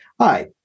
Hi